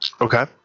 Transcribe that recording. Okay